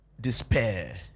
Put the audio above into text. despair